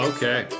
Okay